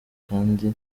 kandi